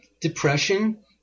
depression